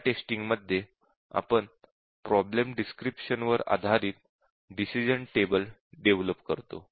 या टेस्टिंग मध्ये आपण प्रॉब्लेम डिस्क्रिप्शन वर आधारित डिसिश़न टेबल डेव्हलप करतो